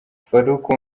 faruku